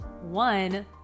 One